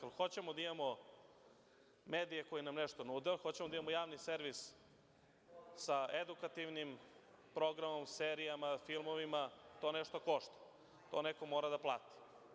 Ako hoćemo da imamo medije koji nam nešto nude, ako hoćemo da imamo javni servis sa edukativnim programom, serijama, filmovima, to nešto košta, to neko mora da plati.